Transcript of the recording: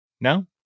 No